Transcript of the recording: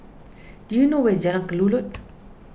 do you know where is Jalan Kelulut